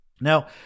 Now